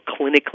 clinically